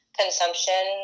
consumption